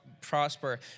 prosper